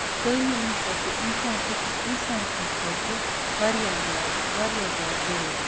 تہٕ تعلیٖم ہسا چھِ اِنسان أکِس اِنسان سٕنٛدِ خٲطرٕ واریاہ زیادٕ واریاہ زیادٕ ضروٗری